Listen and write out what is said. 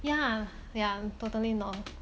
yeah yeah totally no